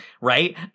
right